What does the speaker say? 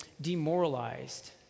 demoralized